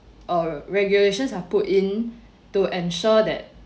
uh regulations are put in to ensure that